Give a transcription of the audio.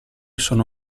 sono